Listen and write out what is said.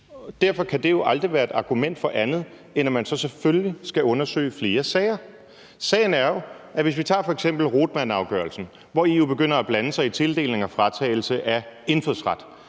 Derfor kan det jo aldrig være et argument for andet, end at man så selvfølgelig skal undersøge flere sager. Sagen er, at hvis vi f.eks. tager Rottmanafgørelsen, hvor EU begynder at blande sig i tildeling og fratagelse af indfødsret,